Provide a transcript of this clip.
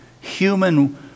human